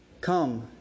Come